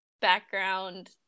background